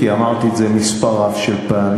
כי אמרתי את זה מספר רב של פעמים,